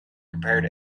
prepared